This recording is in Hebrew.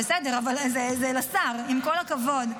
--- בסדר, אבל זה לשר, עם כל הכבוד.